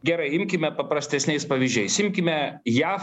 gerai imkime paprastesniais pavyzdžiais imkime jav